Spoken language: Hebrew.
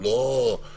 הוא לא מגודר.